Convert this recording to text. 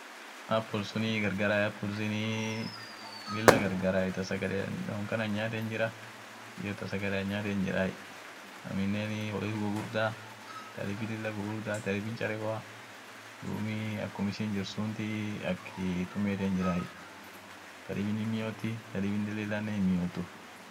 Anin silaate induction stook suni hindaabedai, ishinsun garaana gudio hinkabdu, inama ka karhinkabne inama ka kar hinkabn ishituuni ta gasi fa hindandeetu. duum silaate suunt ir ana sahaliai, ishin sun koraanumu koraan chapsete, koraan dabeni jireni, koranumaan midaafetai, ishi sun amo ta pesa itbaaseni woat pesa hinkabn dandeete itin baatu,